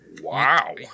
wow